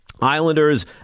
Islanders